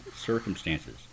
circumstances